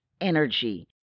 energy